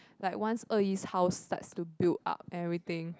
like once Er-Yi's house starts to build up and everything